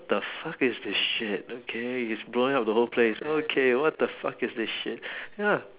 the fuck is this shit okay he's blowing up the whole place okay what the fuck is this shit ya